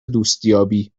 دوستیابی